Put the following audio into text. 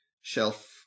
shelf